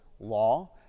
law